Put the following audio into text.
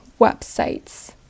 websites